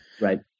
Right